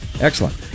Excellent